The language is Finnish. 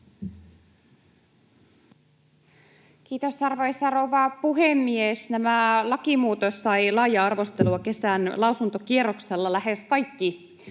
Kiitos, arvoisa rouva puhemies! Tämä lakimuutos sai laajaa arvostelua kesän lausuntokierroksella. Lähes kaikki